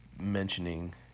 mentioning